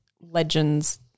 legends